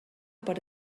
per